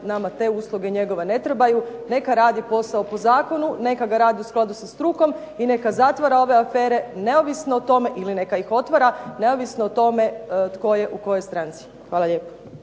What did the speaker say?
nama te usluge njegove ne trebaju, neka radi posao po zakonu, neka ga radi u skladu sa strukom i neka zatvara ove afere neovisno o tome ili neka ih otvara neovisno o tome tko je u kojoj stranci. Hvala lijepa.